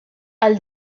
għal